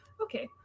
okay